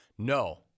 No